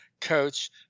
coach